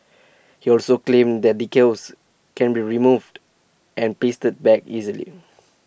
he also claimed the decals can be removed and pasted back easily